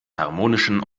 harmonischen